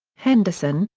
henderson,